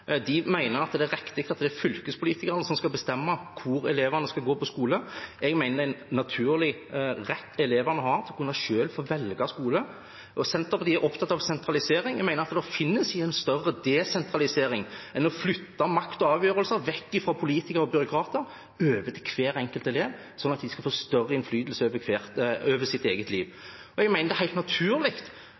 det er riktig at fylkespolitikerne skal bestemme hvor elevene skal gå på skole. Jeg mener det er en naturlig rett elevene har til selv å kunne velge skole. Senterpartiet er opptatt av sentralisering. Jeg mener at det finnes ingen større desentralisering enn å flytte makt og avgjørelser vekk fra politikere og byråkrater over til hver enkelt elev, sånn at de skal få større innflytelse over sitt eget liv. Jeg mener det er helt naturlig